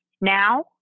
now